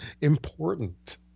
important